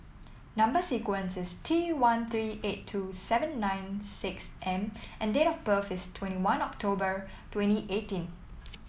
number sequence is T one three eight two seven nine six M and date of birth is twenty one October twenty eighteen